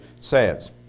says